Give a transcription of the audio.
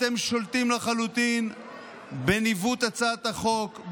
אתם שולטים לחלוטין בניווט הצעת החוק,